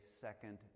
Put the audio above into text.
second